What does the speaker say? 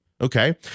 Okay